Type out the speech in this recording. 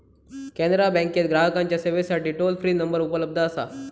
कॅनरा बँकेत ग्राहकांच्या सेवेसाठी टोल फ्री नंबर उपलब्ध असा